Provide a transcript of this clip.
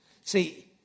See